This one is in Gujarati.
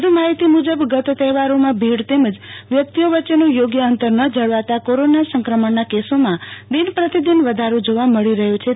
વધુ માહિતી મુજબ ગત તહેવારોમાં ભીડ તેમજ વ્યક્તિઓ વચ્ચે યોગ્ય અંતર ન જાળવતા કોરોના સંક્રમણના કેસોમાં દિન પ્રતિ દિન વધારો જોવા મળી રહ્યો છ્હે